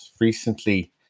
Recently